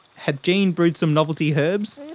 had jean brewed some novelty herbs?